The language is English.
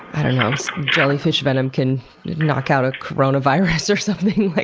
i dunno, jellyfish venom can knock out a coronavirus or something? like